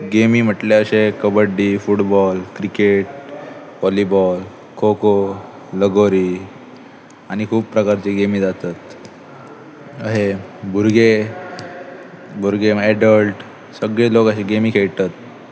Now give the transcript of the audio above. गेमी म्हटल्यार अशे kabaddi football cricket volleyball kho kho lagori आनी खूब प्रकारची गेमी जातात अशे भुरगे भुरगे मागीर एडल्ट सगळे लोक अशे गेमी खेळटात